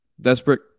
Desperate